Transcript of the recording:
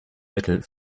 mittel